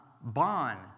bond